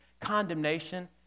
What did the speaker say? Condemnation